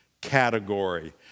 category